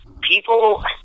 people